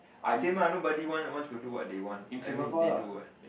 same ah nobody want what to do what they want I mean they do what